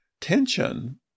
tension